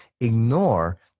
ignore